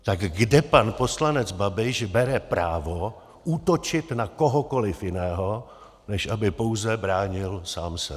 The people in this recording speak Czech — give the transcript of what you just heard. Tak kde pan poslanec Babiš bere právo útočit na kohokoliv jiného, než aby pouze bránil sám sebe?